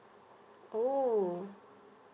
oh